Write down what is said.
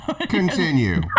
Continue